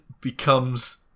becomes